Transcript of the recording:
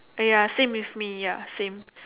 uh ya same with me ya same